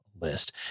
List